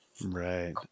Right